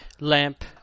Lamp